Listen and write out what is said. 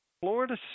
Florida